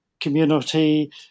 community